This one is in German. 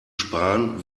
sparen